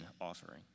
offering